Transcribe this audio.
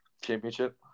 Championship